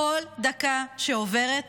כל דקה שעוברת